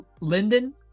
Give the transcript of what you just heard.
Linden